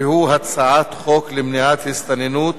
והוא הצעת חוק למניעת הסתננות